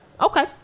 okay